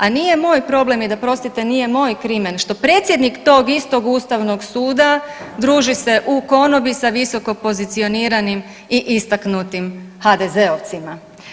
A nije moj problem i da prostite nije moj krimen što predsjednik tog istog Ustavnog suda druži se u konobi sa visokopozicioniranim i istaknutim HDZ-ovcima.